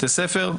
בתי ספר,